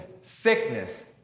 sickness